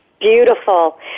Beautiful